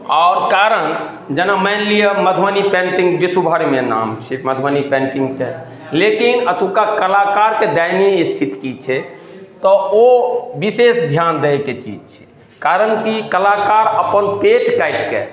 आओर कारण जेना मानि लिअ मधुबनी पेन्टिंग बिश्व भरिमे नाम छै मधुबनी पेन्टिंगके लेकिन अतुका कलाकारके दयनीय स्थिति की छै तऽ ओ बिशेष ध्यान दैके चीज छै कारण की कलाकार अपन पेट काटि कऽ